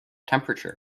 temperature